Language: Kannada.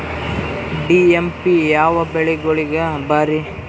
ಡಿ.ಎ.ಪಿ ಯಾವ ಬೆಳಿಗೊಳಿಗ ಭಾರಿ?